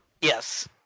Yes